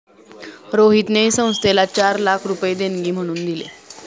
रोहितने संस्थेला चार लाख रुपये देणगी म्हणून दिले